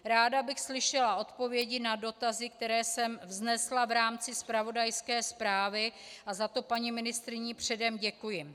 Ráda bych slyšela odpovědi na dotazy, které jsem vznesla v rámci zpravodajské zprávy, a za to paní ministryni předem děkuji.